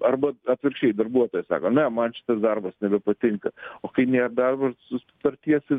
arba atvirkščiai darbuotojas sako ne man šitas darbas nebepatinka o kai nebeversus sutarties ir